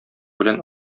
белән